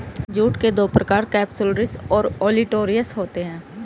jute के दो प्रकार केपसुलरिस और ओलिटोरियस होते हैं